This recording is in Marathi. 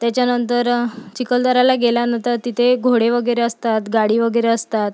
त्याच्यानंतर चिखलदऱ्याला गेल्यानंतर तिथे घोडे वगैरे असतात गाडी वगैरे असतात